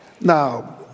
Now